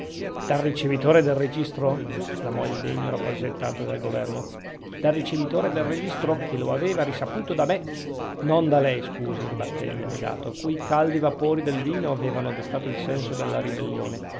dal ricevitore del registro esclamò il degno rappresentante del governo dal ricevitore del registro che lo aveva risaputo da me non da lei scusi ribattè il delegato a cui i caldi vapori del vino avevano destato il senso della ribellione